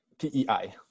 P-E-I